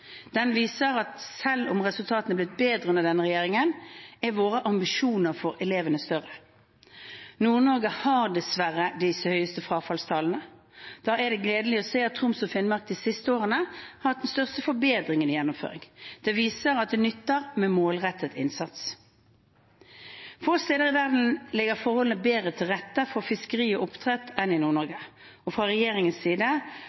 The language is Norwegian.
Den viser at selv om resultatene er blitt bedre under denne regjeringen, er våre ambisjoner for elevene større. Nord-Norge har dessverre de høyeste frafallstallene. Da er det gledelig å se at Troms og Finnmark de siste årene har hatt den største forbedringen i gjennomføring. Det viser at det nytter med målrettet innsats. Få steder i verden ligger forholdene bedre til rette for fiskeri og oppdrett enn i Nord-Norge, og fra regjeringens side